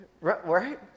Right